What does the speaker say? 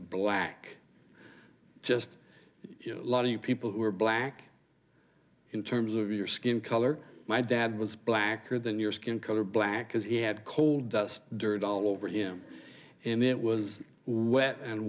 know a lot of people who were black in terms of your skin color my dad was blacker than your skin color black because he had coal dust dirt all over him and it was wet and